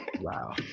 Wow